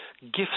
gifts